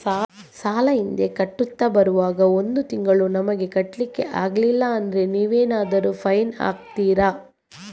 ಸಾಲ ಹಿಂದೆ ಕಟ್ಟುತ್ತಾ ಬರುವಾಗ ಒಂದು ತಿಂಗಳು ನಮಗೆ ಕಟ್ಲಿಕ್ಕೆ ಅಗ್ಲಿಲ್ಲಾದ್ರೆ ನೀವೇನಾದರೂ ಫೈನ್ ಹಾಕ್ತೀರಾ?